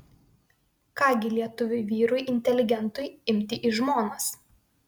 ką gi lietuviui vyrui inteligentui imti į žmonas